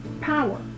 power